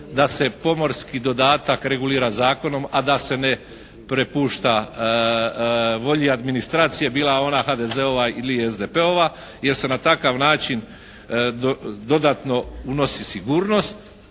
da se pomorski dodatak regulira zakonom, a da se ne prepušta volji administracije bila ona HDZ-ova ili SDP-ova jer se na takav način dodatno unosi sigurnost